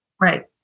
Right